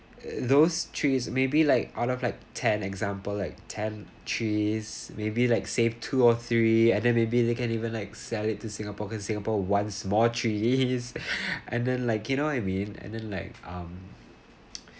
those trees maybe like out of like ten example like ten trees maybe like save two or three and then maybe they can even like sell it to singapore cause singapore wants more tree and then like you know I mean and then like um